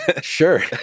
Sure